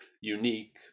unique